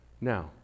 Now